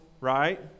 right